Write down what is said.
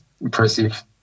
impressive